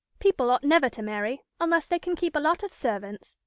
people ought never to marry unless they can keep a lot of servants.